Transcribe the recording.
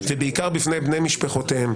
ובעיקר בפני בני משפחותיהם,